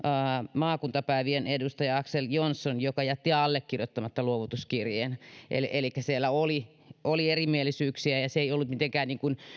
maakuntapäivien edustaja axel jonsson joka jätti allekirjoittamatta luovutuskirjeen elikkä siellä oli oli erimielisyyksiä ja ja se ei ollut mitenkään